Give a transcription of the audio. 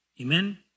Amen